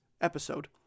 episode